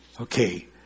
Okay